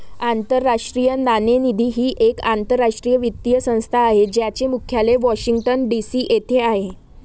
आंतरराष्ट्रीय नाणेनिधी ही एक आंतरराष्ट्रीय वित्तीय संस्था आहे ज्याचे मुख्यालय वॉशिंग्टन डी.सी येथे आहे